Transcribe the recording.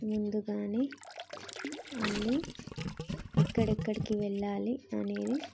ముందుగానే అన్నీ ఎక్కడెక్కడికి వెళ్ళాలి అనేది